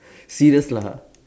serious lah